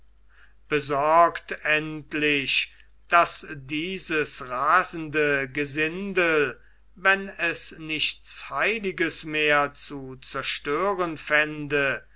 besorgt endlich daß dieses rasende gesinde wenn es nichts heiliges mehr zu zerstören fände